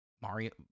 Mario